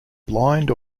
blind